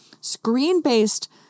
screen-based